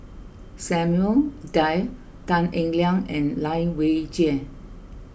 Samuel Dyer Tan Eng Liang and Lai Weijie